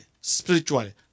spiritually